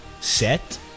set